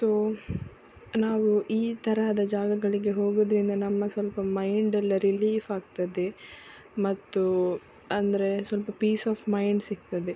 so ನಾವು ಈ ತರಹದ ಜಾಗಗಳಿಗೆ ಹೋಗೋದ್ರಿಂದ ನಮ್ಮ ಸ್ವಲ್ಪ ಮೈಂಡ್ ಎಲ್ಲ ರಿಲೀಫ್ ಆಗ್ತದೆ ಮತ್ತು ಅಂದರೆ ಸ್ವಲ್ಪ ಪೀಸ್ ಆಫ್ ಮೈಂಡ್ ಸಿಗ್ತದೆ